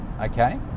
okay